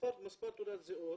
שמספר תעודת הזהות